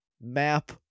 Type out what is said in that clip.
map